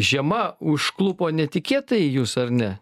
žiema užklupo netikėtai jus ar ne